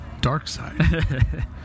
Darkside